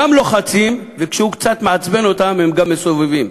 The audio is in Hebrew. גם לוחצים, וכשהוא קצת מעצבן אותם הם גם מסובבים.